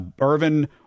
Irvin